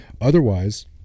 Otherwise